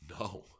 No